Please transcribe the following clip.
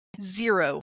Zero